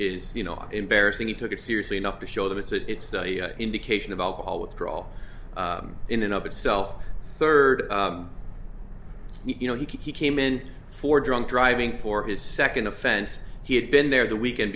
is you know embarrassing he took it seriously enough to show that it's study an indication of alcohol withdrawal in and of itself third you know he came in for drunk driving for his second offense he had been there the weekend